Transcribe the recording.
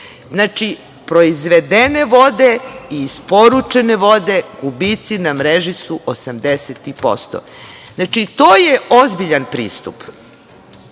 Znači, proizvedene vode i isporučene vode, gubici na mreži su 80%. To je ozbiljan